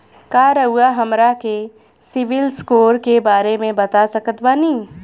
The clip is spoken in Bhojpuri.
का रउआ हमरा के सिबिल स्कोर के बारे में बता सकत बानी?